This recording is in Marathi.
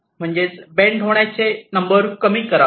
म्हणजेच बेंड होण्याचे नंबर कमी करावे